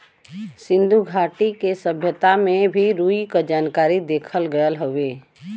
सिन्धु घाटी के सभ्यता में भी रुई क जानकारी देवल गयल हउवे